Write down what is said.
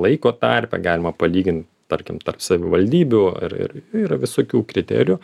laiko tarpe galima palygint tarkim tarp savivaldybių ir ir yra visokių kriterijų